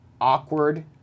awkward